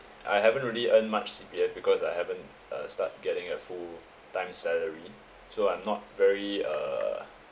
I haven't really earn much C_P_F because I haven't uh start getting a full time salary so I'm not very uh